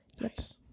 Nice